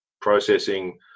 processing